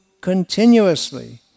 continuously